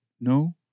No